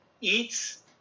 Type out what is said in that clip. eats